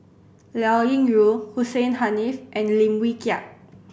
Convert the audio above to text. Liao Yingru Hussein Haniff and Lim Wee Kiak